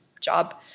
job